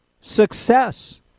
success